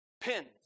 pins